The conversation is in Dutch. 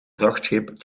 vrachtschip